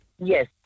Yes